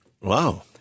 Wow